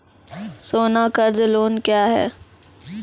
सोना कर्ज लोन क्या हैं?